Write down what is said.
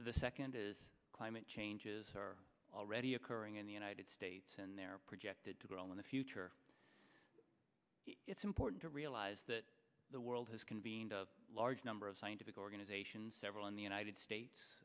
the second is climate changes are already occurring in the united states and they're projected to grow in the future it's important to realize that the world has convened a large number of scientific organizations several in the united states